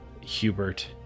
Hubert